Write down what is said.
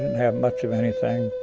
have much of anything.